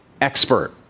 expert